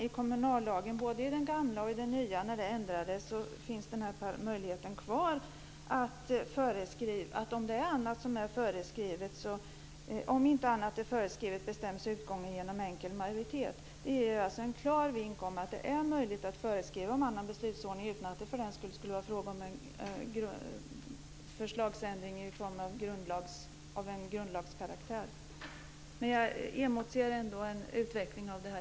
I kommunallagen, både i den gamla och i den nya när den ändrades, sägs att om inte annat är föreskrivet bestäms utgången genom enkel majoritet. Det är alltså en klar vink om att det är möjligt att föreskriva en annan beslutsordning utan att det för den skull skulle vara fråga om en lagändring av grundlagskaraktär. Jag emotser en utveckling av det här.